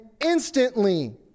instantly